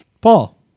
Paul